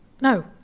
no